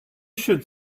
should